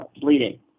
bleeding